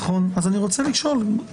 אז אני רוצה לשאול,